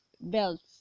belts